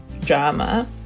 drama